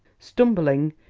stumbling,